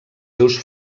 seus